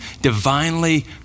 divinely